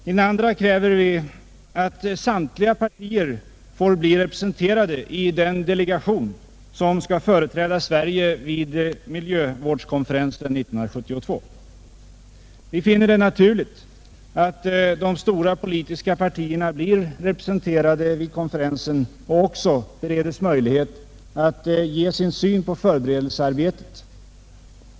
I den andra kräver vi att samtliga partier får bli representerade i den delegation som skall företräda Sverige vid miljövårdskonferensen 1972. Vi finner det naturligt att de stora politiska partierna blir representerade vid konferensen och också bereds möjlighet att ge sin syn på förberedelsearbetet.